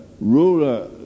ruler